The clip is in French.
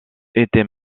était